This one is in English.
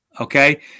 okay